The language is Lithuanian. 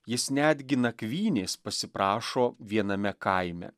jis netgi nakvynės pasiprašo viename kaime